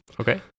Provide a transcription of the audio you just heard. Okay